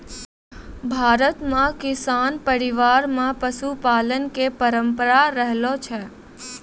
भारत मॅ किसान परिवार मॅ पशुपालन के परंपरा रहलो छै